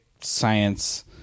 science